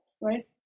right